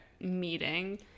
meeting